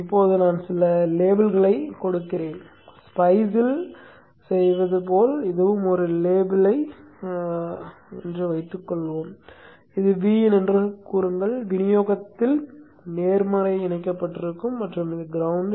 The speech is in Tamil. இப்போது நான் சில லேபிள்களை இடுகிறேன் SPiceல் செய்வது போல் இதுவும் ஒரு லேபிள் காட்டி என்று வைத்துக்கொள்வோம் இது Vin என்று சொல்லுங்கள் விநியோகத்தின் நேர்மறை இணைக்கப்பட்டிருக்கும் மற்றும் இது கிரௌண்ட்